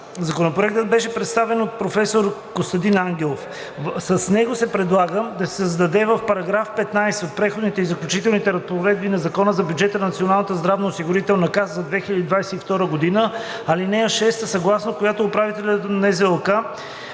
Законопроектът беше представен от професор Костадин Ангелов. С него се предлага да се създаде в § 15 от Преходните и заключителни разпоредби на Закона за бюджета на Националната здравноосигурителна каса за 2022 г., ал. 6, съгласно която управителят на